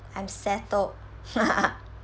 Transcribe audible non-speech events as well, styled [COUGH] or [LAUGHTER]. I am settled [LAUGHS]